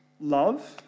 love